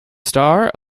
star